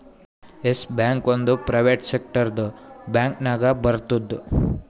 S bank ಒಂದ್ private ಸೆಕ್ಟರ್ದು bank ನಾಗ್ ಬರ್ತುದ್